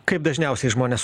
kaip dažniausiai žmonės